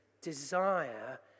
desire